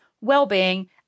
well-being